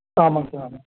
ஆமாங்க சார் ஆமாம்